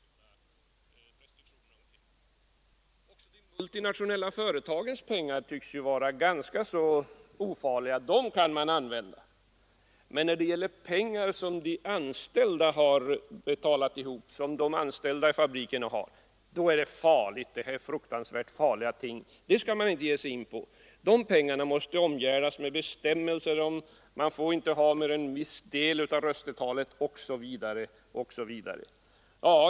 Också de multinationella företagens pengar tycks vara ganska ofarliga, dem kan man använda; men när det gäller pengar som de anställda i fabrikerna har blir det fruktansvärt farligt, och de pengarna måste omgärdas med bestämmelser, de får inte representera mer än viss del av röstetalet osv.